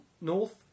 north